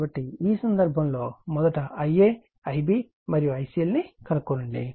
కాబట్టి ఈ సందర్భంలో మొదట Ia Ib మరియు Ic లను కనుగొనండి